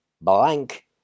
blank